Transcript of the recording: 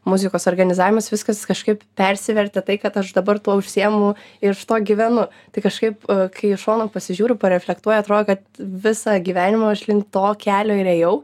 muzikos organizavimas viskas kažkaip persivertė tai kad aš dabar tuo užsejemu iš to gyvenu tai kažkaip kai iš šono pasižiūriu pareflektuoja atrodo kad visą gyvenimą aš link to kelio ir ėjau